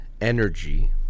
Energy